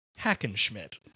Hackenschmidt